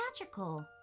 magical